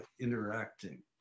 interacting